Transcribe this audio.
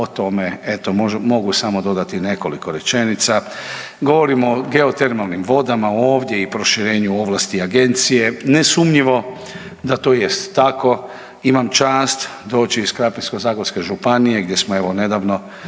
o tome eto mogu samo dodati nekoliko rečenica, govorimo o geotermalnim vodama ovdje i proširenju ovlasti agencije, nesumnjivo da to jest tako. Imam čast doći iz Krapinsko-zagorske županije gdje smo evo nedavno